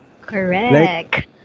Correct